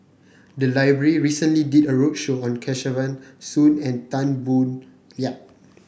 the library recently did a roadshow on Kesavan Soon and Tan Boo Liat